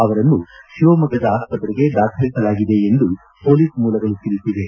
ಅವರನ್ನು ಶಿವಮೊಗ್ಗದ ಆಸ್ತತ್ರೆಗೆ ದಾಖಲಿಸಲಾಗಿದೆ ಎಂದು ಮೊಲೀಸ್ ಮೂಲಗಳು ತಿಳಿಸಿವೆ